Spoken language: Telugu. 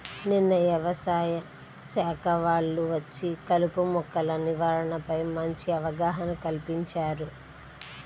నిన్న యవసాయ శాఖ వాళ్ళు వచ్చి కలుపు మొక్కల నివారణపై మంచి అవగాహన కల్పించారు